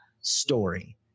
story